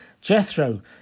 Jethro